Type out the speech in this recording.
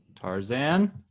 Tarzan